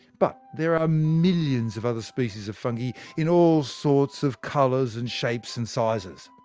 but there are millions of other species of fungi in all sorts of colours, and shapes and sizes.